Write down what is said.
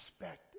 respect